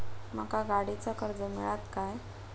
माका गाडीचा कर्ज मिळात काय?